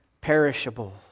perishable